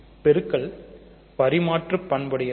பெருக்கல் பரிமாற்று பண்புடையது